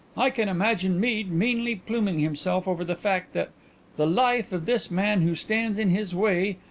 i can imagine mead meanly pluming himself over the fact that the life of this man who stands in his way,